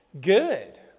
Good